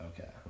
Okay